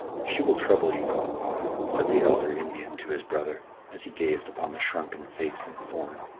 she will trouble you no more, said the elder indian to his brother as he gazed upon the shrunken face and form,